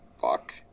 fuck